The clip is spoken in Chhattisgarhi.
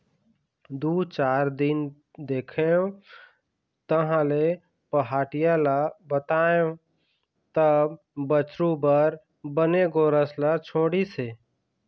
दू चार दिन देखेंव तहाँले पहाटिया ल बताएंव तब बछरू बर बने गोरस ल छोड़िस हे